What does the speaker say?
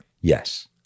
Yes